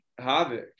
havoc